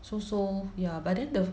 so-so ya but then the